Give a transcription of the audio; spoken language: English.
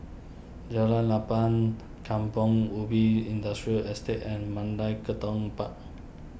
Jalan Lapang Kampong Ubi Industrial Estate and Mandai Tekong Park